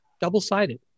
double-sided